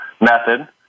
method